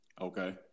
Okay